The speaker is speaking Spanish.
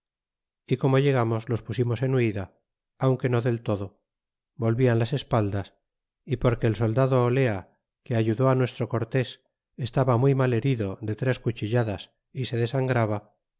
y como llegamos los pusimos en huida aunque no del todo volvian las espaldas y porque el soldado olea que ayudó nuestro cortés estaba muy mal herido de tres cuchilladas y se desangraba